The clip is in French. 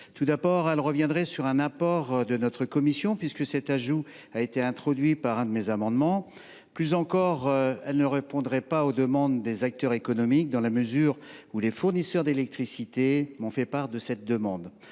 Tout d’abord, cette suppression reviendrait sur un apport de notre commission, introduit par l’un de mes amendements. Plus encore, elle ne répondrait pas aux souhaits des acteurs économiques, dans la mesure où les fournisseurs d’électricité m’ont fait part de cette demande.